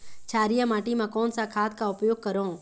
क्षारीय माटी मा कोन सा खाद का उपयोग करों?